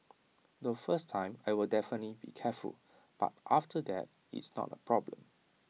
the first time I'll definitely be careful but after that it's not A problem